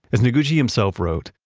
as noguchi himself wrote,